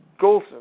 Golson